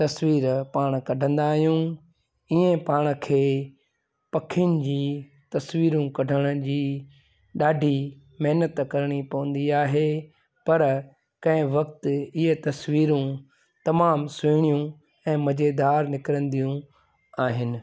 तस्वीर पाण कढंदा आहियूं ईअं पाण खे पखियुनि जी तस्वीरूं कढण जी ॾाढी महिनत करणी पवंदी आहे पर कंहिं वक़्ति इहे तस्वीरूं तमामु सुहिणियूं ऐं मज़ेदार निकिरंदियूं आहिनि